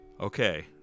Okay